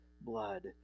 blood